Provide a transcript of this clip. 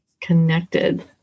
Connected